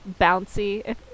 bouncy